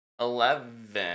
Eleven